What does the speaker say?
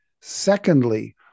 Secondly